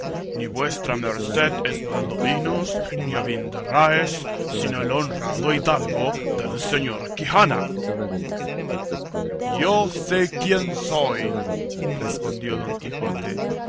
ni vuestra merced es valdovinos ni abindarráez sino el honrado hidalgo del señor quijana yo sé quién soy respondió don quijote